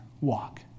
walk